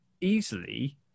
Easily